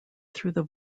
through